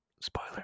spoiler